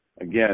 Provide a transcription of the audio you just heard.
Again